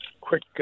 quick